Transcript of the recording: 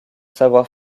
savoir